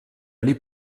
aller